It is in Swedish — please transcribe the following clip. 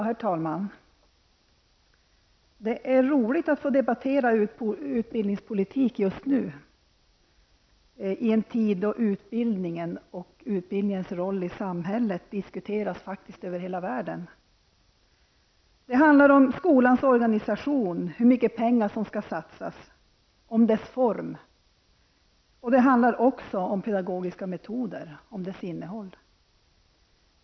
Herr talman! Det är roligt att få debattera utbildningspolitik just nu i en tid då utbildningen och dess roll i samhället diskuteras över hela världen. Det handlar om skolans organisation och om hur mycket pengar som skall satsas, om dess form och innehåll om pedagogiska metoder.